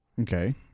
Okay